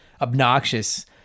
obnoxious